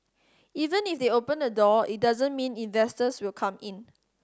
even if they open the door it doesn't mean investors will come in